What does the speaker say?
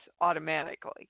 automatically